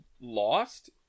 lost